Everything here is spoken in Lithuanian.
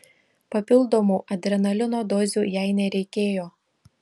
papildomų adrenalino dozių jai nereikėjo